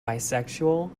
bisexual